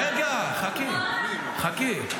רגע, חכי.